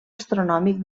astronòmic